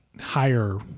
higher